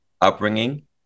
upbringing